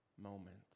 moment